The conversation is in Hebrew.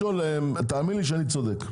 אני לא צריך לשאול, תאמין לי שאני צודק.